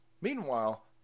Meanwhile